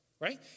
right